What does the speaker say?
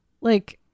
Like-